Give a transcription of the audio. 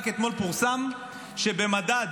רק אתמול פורסם שבמדד